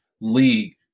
league